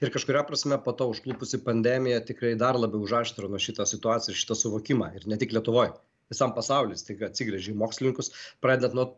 ir kažkuria prasme po to užklupusi pandemija tikrai dar labiau užaštrino šitą situaciją ir šitą suvokimą ir ne tik lietuvoj visam pasauly staiga atsigręžė į mokslininkus pradedant nuo